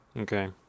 Okay